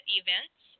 events